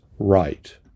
right